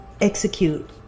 execute